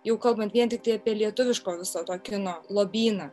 jau kalbant vien tiktai apie lietuviško viso to kino lobyną